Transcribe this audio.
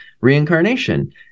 reincarnation